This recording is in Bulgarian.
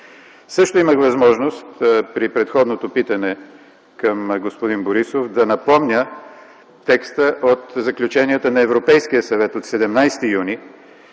така имах възможност, при предходното питане към господин Борисов, да напомня текста от заключенията на Европейския съвет от 17 юни